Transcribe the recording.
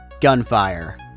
Gunfire